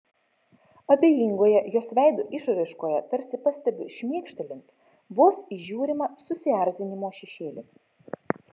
abejingoje jos veido išraiškoje tarsi pastebiu šmėkštelint vos įžiūrimą susierzinimo šešėlį